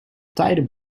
tijden